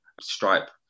Stripe